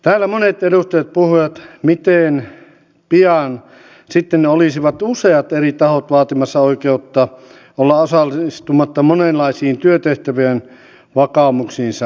täällä monet edustajat puhuivat miten pian sitten olisivat useat eri tahot vaatimassa oikeutta olla osallistumatta monenlaisiin työtehtäviin vakaumuksiinsa vedoten